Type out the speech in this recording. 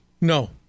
No